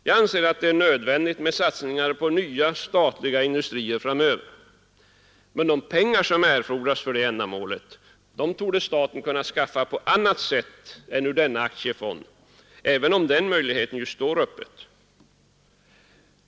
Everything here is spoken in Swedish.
Jag anser att det är nödvändigt med satsningar på nya statliga industrier framöver. Men de pengar som erfordras för det ändamålet torde staten kunna skaffa på annat sätt än ur denna aktiefond, även om den möjligheten ju står öppen.